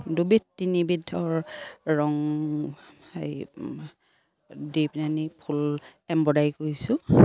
দুবিধ তিনিবিধৰ ৰং হেৰি দি পিনে নি ফুল এম্ব্ৰইদাৰী কৰিছোঁ